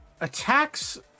attacks